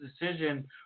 decision